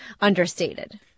understated